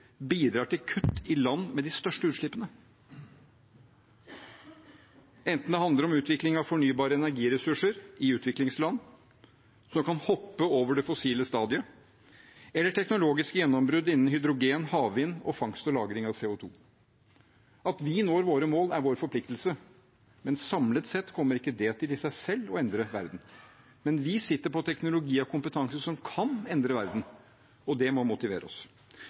bidrar til kutt i land med de største utslippene, enten det handler om utvikling av fornybare energiressurser i utviklingsland, så man kan hoppe over det fossile stadiet, eller teknologiske gjennombrudd innen hydrogen, havvind og fangst- og lagring av CO 2 . At vi når våre mål, er vår forpliktelse. Samlet sett kommer ikke det i seg selv til å endre verden, men vi sitter på teknologi og kompetanse som kan endre verden, og det må motivere oss.